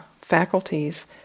faculties